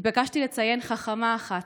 התבקשתי לציין חכמה אחת,